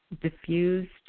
diffused